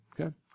okay